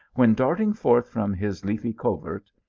when darting forth from his leafy covert,